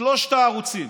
שלושת הערוצים,